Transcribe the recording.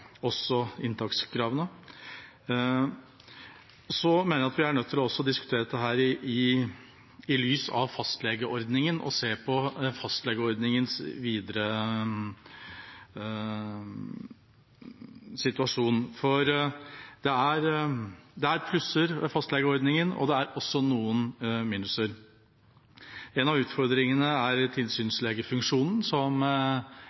også se på opptakskravene. Jeg mener vi også er nødt til å diskutere dette i lys av fastlegeordningen og se på den videre situasjonen. Det er både plusser og minuser ved fastlegeordningen. En av utfordringene er tilsynslegefunksjonen, som